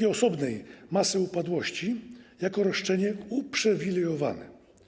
i do osobnej masy upadłości, jako roszczenie uprzywilejowane.